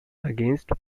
against